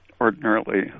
Ordinarily